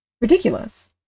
Ridiculous